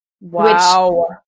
Wow